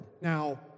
Now